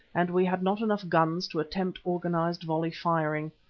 and we had not enough guns to attempt organised volley firing.